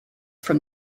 from